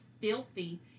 filthy